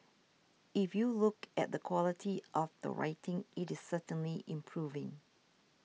if you look at the quality of the writing it is certainly improving